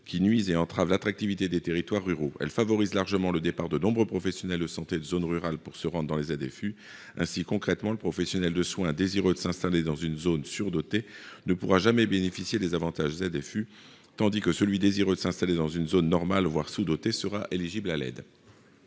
qui nuisent et entrave l'attractivité des territoires ruraux, elle favorise largement le départ de nombreux professionnels de santé de zones rurales pour se rendent dans les ZFU ainsi concrètement le professionnel de soins, désireux de s'installer dans une zone sur-dotée ne pourra jamais bénéficié des avantages ZFU tandis que celui, désireux de s'installer dans une zone normale, voire sous-dotées sera éligible à l'aide.